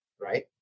right